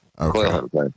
Okay